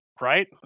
right